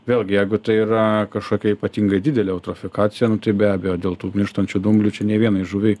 vėlgi jeigu tai yra kažkokia ypatingai didelė eutrofikacija nu tai be abejo dėl tų mirštančių dumblių čia nei vienai žuviai